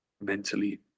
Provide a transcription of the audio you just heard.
mentally